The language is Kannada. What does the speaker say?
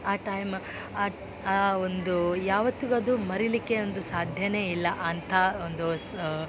ಆ ಟೈಮ್ ಆ ಆ ಒಂದು ಯಾವತ್ತಿಗು ಅದು ಮರಿಲಿಕ್ಕೆ ಒಂದು ಸಾಧ್ಯವೇ ಇಲ್ಲ ಅಂಥಾ ಒಂದು ಸ